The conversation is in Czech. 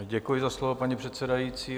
Děkuji za slovo, paní předsedající.